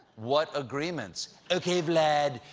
what agreements? okay, vlad,